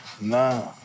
Nah